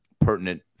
pertinent